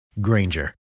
Granger